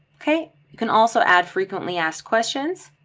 okay, you can also add frequently asked questions,